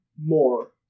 more